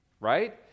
right